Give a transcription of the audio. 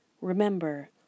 Remember